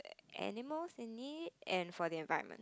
animals in need and for the environment